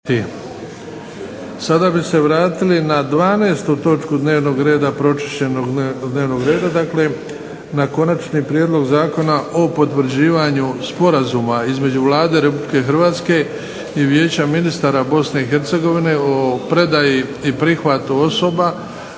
Zaključujem raspravu o točki dnevnog reda, pa ćemo odlučivati kasnije. **Bebić, Luka (HDZ)** Konačni prijedlog Zakona o potvrđivanju Sporazuma između Vlade Republike Hrvatske i Vijeća ministara Bosne i Hercegovine o predaji i prihvatu osoba